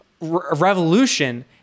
revolution